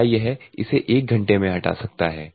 क्या यह इसे एक घंटे में हटा सकता है